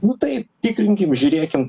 nu tai tikrinkim žiūrėkim